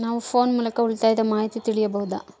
ನಾವು ಫೋನ್ ಮೂಲಕ ಉಳಿತಾಯದ ಮಾಹಿತಿ ತಿಳಿಯಬಹುದಾ?